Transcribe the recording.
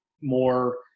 more